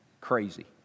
crazy